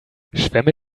schwämme